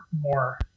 more